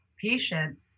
patient